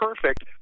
perfect